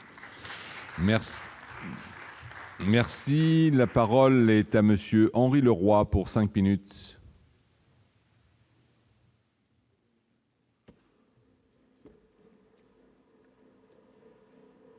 Merci, la parole est à monsieur Henri Leroy pour 5 minutes.